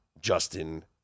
Justin